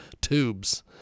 tubes